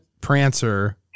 Prancer